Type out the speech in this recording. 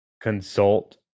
consult